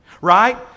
right